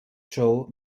joe